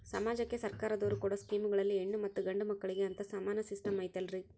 ಸಮಾಜಕ್ಕೆ ಸರ್ಕಾರದವರು ಕೊಡೊ ಸ್ಕೇಮುಗಳಲ್ಲಿ ಹೆಣ್ಣು ಮತ್ತಾ ಗಂಡು ಮಕ್ಕಳಿಗೆ ಅಂತಾ ಸಮಾನ ಸಿಸ್ಟಮ್ ಐತಲ್ರಿ?